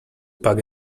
pack